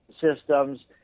systems